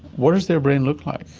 what does their brain look like,